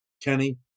Kenny